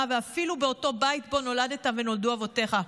ואפילו באותו בית שבו נולדת ונולדו אבותיך,